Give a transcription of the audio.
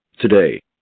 today